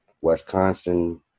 Wisconsin